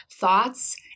thoughts